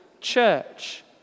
church